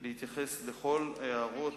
להיפך,